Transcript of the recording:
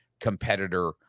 competitor